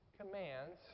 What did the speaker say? commands